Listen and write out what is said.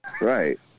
Right